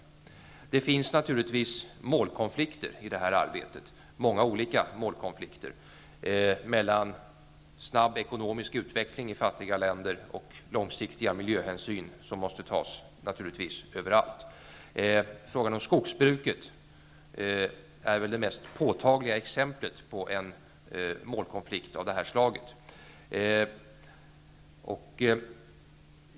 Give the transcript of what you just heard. Det finns naturligtvis många olika målkonflikter i det här arbetet -- mellan snabb ekonomisk utveckling i fattiga länder och långsiktiga miljöhänsyn, som naturligtvis måste tas överallt. Frågan om skogsbruket är väl det mest påtagliga exemplet på en målkonflikt av det här slaget.